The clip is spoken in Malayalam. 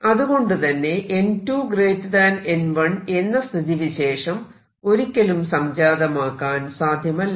അതുകൊണ്ടുതന്നെ n2 n1 എന്ന സ്ഥിതിവിശേഷം ഒരിക്കലും സംജാതമാക്കാൻ സാധ്യമല്ല